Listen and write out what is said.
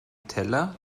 teller